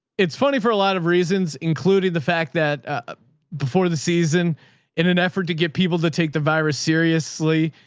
it's funny for a lot of reasons, including the fact that ah before the season in an effort to get people, to take the virus, seriously,